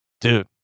Dude